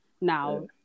now